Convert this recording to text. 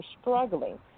struggling